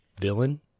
villain